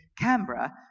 Canberra